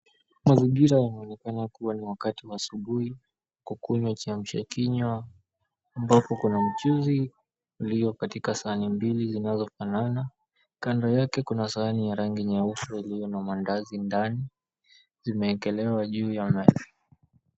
Mazingira yanaonekana kuwa ni wakati wa asubuhi, kukunywa chamsha kinywa ambapo kuna mchuzi ulio katika sahani mbili zinazofanana. Kando yake kuna sahani ya rangi nyeusi iliyo na mandazi ndani. Zimeegemeewa juu ya meza.